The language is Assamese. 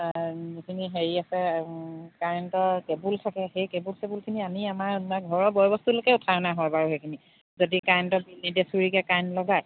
যিখিনি হেৰি আছে কাৰেণ্টৰ কেবুল থাকে সেই কেবুল চেবুলখিনি আনি আমাৰ ঘৰৰ বয় বস্তুলৈকে উঠাই অনা হয় বাৰু সেইখিনি যদি কাৰেণ্টত চুৰিকে কাৰেণ্ট লগায়